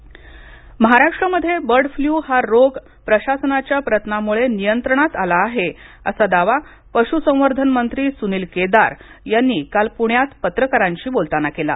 bird flu महाराष्ट्रमध्ये bird flu हा रोग प्रशासनाच्या प्रयत्नामुळे नियंत्रणात आला आहे असा दावा पशू संवर्धन मंत्री सुनील केदार यांनी काल पुण्यात पत्रकारांशी बोलताना केला